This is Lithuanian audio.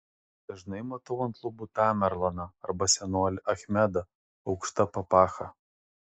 dažnai matau ant lubų tamerlaną arba senolį achmedą aukšta papacha